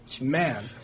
man